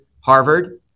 Harvard